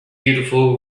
beautiful